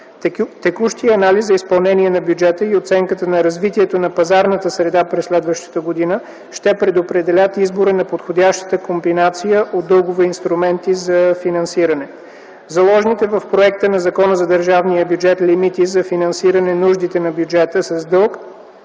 Текущият анализ за изпълнение на бюджета и оценката на развитието на пазарната среда през следващата година ще предопределят избора на подходящата комбинация от дългови инструменти за финансиране. Заложените в проекта на Закона за държавния бюджет лимити за финансиране нуждите на бюджета с дълг